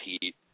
heat